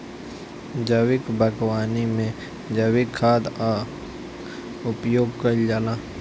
जैविक बागवानी में जैविक खाद कअ उपयोग कइल जाला